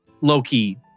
Loki